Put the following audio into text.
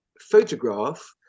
photograph